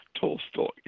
tolstoy